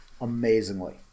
Amazingly